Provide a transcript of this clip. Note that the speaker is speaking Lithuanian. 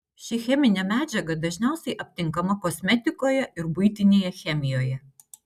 ši cheminė medžiaga dažniausiai aptinkama kosmetikoje ir buitinėje chemijoje